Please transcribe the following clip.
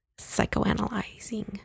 psychoanalyzing